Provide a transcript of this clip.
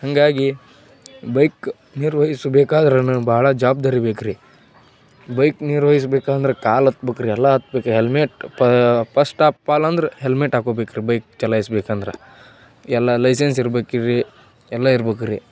ಹಾಗಾಗಿ ಬೈಕ್ ನಿರ್ವಹಿಸುಬೇಕಾದ್ರೂ ಭಾಳ ಜವಾಬ್ದಾರಿ ಬೇಕ್ರಿ ಬೈಕ್ ನಿರ್ವಹಿಸ್ಬೇಕಂದ್ರೆ ಕಾಲು ಹತ್ಬೇಕ್ರಿ ಎಲ್ಲ ಹತ್ಬೇಕು ಹೆಲ್ಮೆಟ್ ಪಸ್ಟ್ ಆಪ್ ಆಲ್ ಅಂದ್ರೆ ಹೆಲ್ಮೆಟ್ ಹಾಕೊಬೇಕ್ರಿ ಬೈಕ್ ಚಲಾಯಿಸ್ಬೇಕಂದ್ರೆ ಎಲ್ಲ ಲೈಸೆನ್ಸ್ ಇರಬೇಕ್ರಿ ಎಲ್ಲ ಇರಬೇಕ್ರಿ